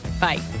bye